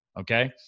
Okay